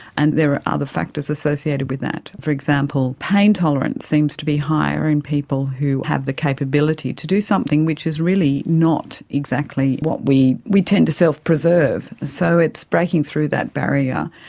and there are other factors associated with that. for example, pain tolerance seems to be higher in people who have the capability to do something which is really not exactly what, we we tend to self-preserve, so it's breaking through that barrier.